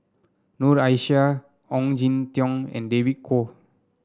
Noor Aishah Ong Jin Teong and David Kwo